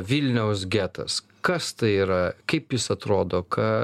vilniaus getas kas tai yra kaip jis atrodo ką